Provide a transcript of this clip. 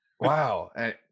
wow